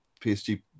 PSG